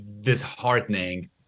disheartening